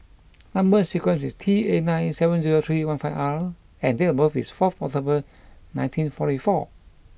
number sequence is T eight nine seven zero three one five R and date of birth is fourth October nineteen forty four